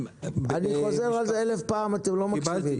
אני חוזר על זה אלף פעם, אתם לא מקשיבים.